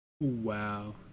Wow